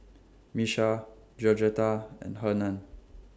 Miesha Georgetta and Hernan